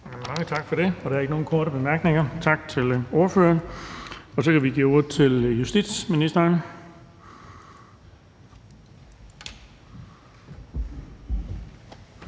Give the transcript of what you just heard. Mange tak for det. Der er ikke nogen korte bemærkninger. Tak til ordføreren. Så vil jeg give ordet til justitsministeren.